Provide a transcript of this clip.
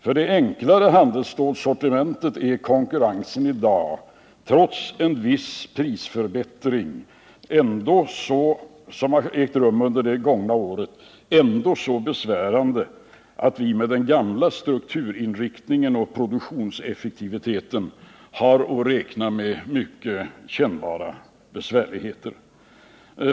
För det enklare handelsstålssortimentet är konkurrensen i dag trots en viss internationell prisförbättring, som ägt rum under det gångna året, ändå så besvärande att vi med den gamla strukturinriktningen och produktionseffektiviteten har att räkna med mycket kännbara besvärligheter.